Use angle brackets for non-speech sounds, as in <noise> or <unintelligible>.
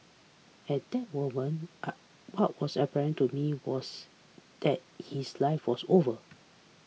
at that moment <unintelligible> what was apparent to me was that his life was over